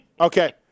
okay